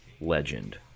legend